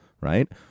right